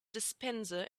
dispenser